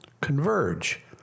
converge